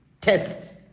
test